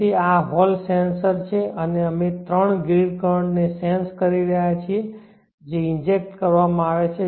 તેથી આ hall sensor છે અને અમે ત્રણ ગ્રીડ કરંટ ને સેન્સ કરી રહ્યા છીએ જે ઈન્જેક્ટ કરવામાં આવ્યા છે